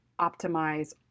optimize